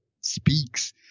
speaks